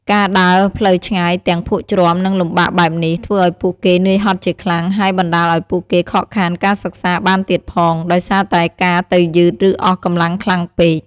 ការដើរផ្លូវឆ្ងាយទាំងភក់ជ្រាំ និងលំបាកបែបនេះ ធ្វើឱ្យពួកគេនឿយហត់ជាខ្លាំង ហើយបណ្ដាលឱ្យពួកគេខកខានការសិក្សាបានទៀតផង ដោយសារតែការទៅយឺត ឬអស់កម្លាំងខ្លាំងពេក។